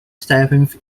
seventh